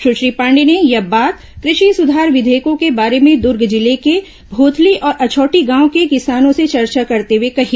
सुश्री पांडेय ने यह बात कृषि सुधार विधेयकों के बारे में दूर्ग जिले के मोथली और अछौटी गांव के किसानों से चर्चा करते हुए कहीं